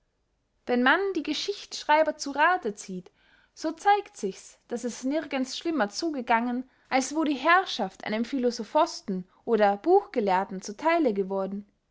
wenn man die geschichtsschreiber zu rathe zieht so zeigt sichs daß es nirgends schlimmer zugegangen als wo die herrschaft einem philosophosten oder buchgelehrten zu theile geworden